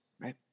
right